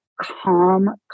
calm